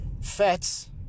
Fats